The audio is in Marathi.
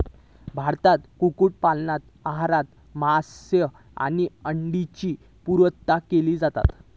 भारतात कुक्कुट पालनातना आहारात मांस आणि अंड्यांची पुर्तता केली जाता